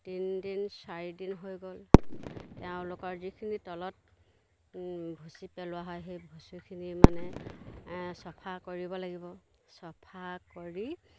তিনিদিন চাৰিদিন হৈ গ'ল তেওঁলোকৰ যিখিনি তলত ভুচি পেলোৱা হয় সেই ভুচিখিনি মানে চফা কৰিব লাগিব চফা কৰি